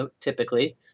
typically